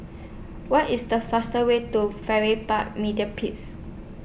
What IS The fastest Way to Farrer Park Mediplex